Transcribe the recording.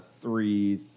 three